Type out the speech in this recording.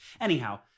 Anyhow